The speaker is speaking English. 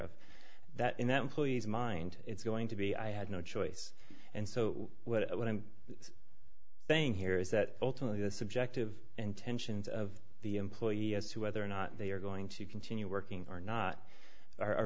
of that in that employee's mind it's going to be i had no choice and so what i'm saying here is that ultimately the subjective intentions of the employee as to whether or not they are going to continue working or not